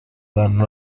than